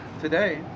Today